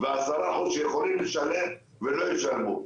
ו-10% שיכולים לשלם לא ישלמו.